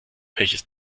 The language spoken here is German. welches